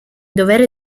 dovere